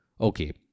Okay